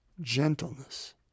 gentleness